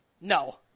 No